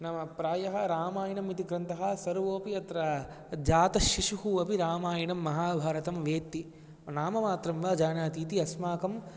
नाम प्रायः रामायणमिति ग्रन्थः सर्वोपि अत्र जातशिशुः अपि रामायणं महाभारतं वेत्ति नाममात्रं वा जानाति इति अस्माकम्